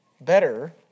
better